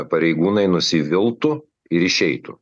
pareigūnai nusiviltų ir išeitų